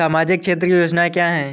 सामाजिक क्षेत्र की योजनाएँ क्या हैं?